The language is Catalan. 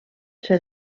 ser